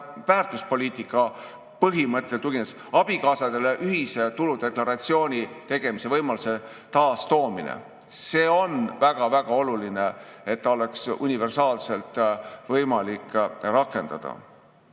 väärtuspoliitika põhimõttele tuginedes: abikaasadele ühise tuludeklaratsiooni esitamise võimaluse taasloomine. See on väga-väga oluline, et seda oleks universaalselt võimalik rakendada.